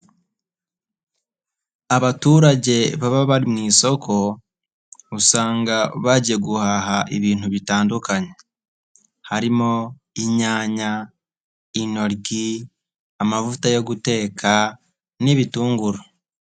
Abaturage baba bari mu isoko usanga bagiye guhaha ibintu bitandukanye, harimo inyanya, intoryi, amavuta yo guteka n'ibitunguru.